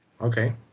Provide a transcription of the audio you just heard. Okay